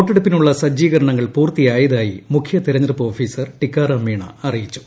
വോട്ടെടുപ്പിനുള്ള സജ്ജീകരണങ്ങൾ പൂർത്തിയായതായി മുഖ്യ തെരെ ഞ്ഞെടുപ്പ് ഓഫീസർ ടിക്കാറാം മീണ അറിയിച്ചു